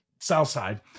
Southside